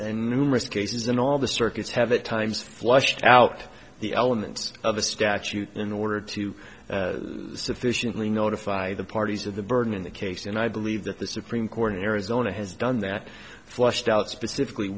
and numerous cases and all the circuits have at times flushed out the elements of the statute in order to sufficiently notify the parties of the burden in the case and i believe that the supreme court in arizona has done that flushed out specifically